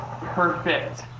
perfect